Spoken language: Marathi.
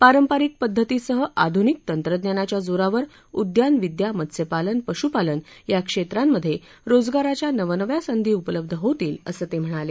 पारंपरिक पद्धतीसह आधुनिक तंत्रज्ञानाच्या जोरावर उद्यानविद्या मत्स्यपालन पशुपालन या क्षेत्रांमध्ये रोजगाराच्या नवनव्या संधी उपलब्ध होतील असं ते म्हणाले